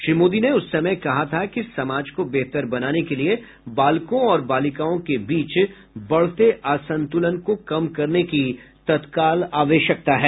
श्री मोदी ने उस समय कहा था कि समाज को बेहतर बनाने के लिए बालकों और बालिकाओं के बीच बढ़ते असंतुलन को कम करने की तत्काल आवश्यकता है